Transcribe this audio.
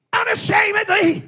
unashamedly